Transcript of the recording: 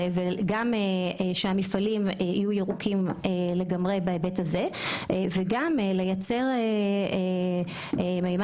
שמפעלים יהיו ירוקים לגמרי בהיבט הזה וגם לייצר מימן